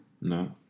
No